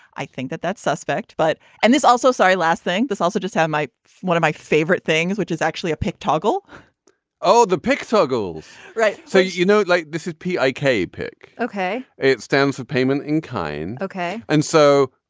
i think that that's suspect. but and this also sorry last thing. this also just had my one of my favorite things which is actually a pick toggle oh the pick toggles right. so you know like this is p k. pick. ok. it stands for payment in kind. ok. and so